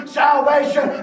salvation